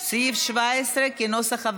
סעיף 17 נתקבל.